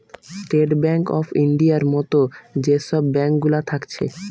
state bank of ইন্ডিয়ার মত যে সব ব্যাঙ্ক গুলা থাকছে